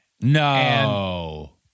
No